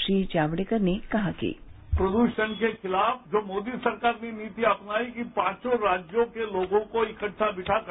श्री जावडेकर ने कहा कि प्रदूषण के खिलाफ जो मोदी सरकार की नीति अपनाएगी पांचों राज्य के लोगों को इक्हा बिगकर